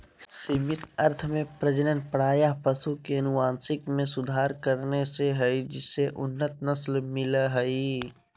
सीमित अर्थ में प्रजनन प्रायः पशु के अनुवांशिक मे सुधार करने से हई जिससे उन्नत नस्ल मिल हई